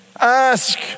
Ask